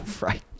right